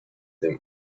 them